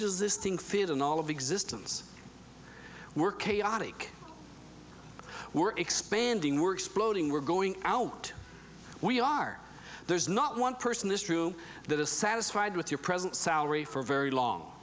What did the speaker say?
desisting field in all of existence we're chaotic we're expanding were exploding we're going out we are there's not one person this true that is satisfied with your present salary for very long